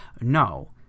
No